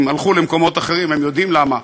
הם הלכו למקומות אחרים, הם יודעים למה.